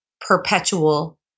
perpetual